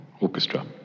orchestra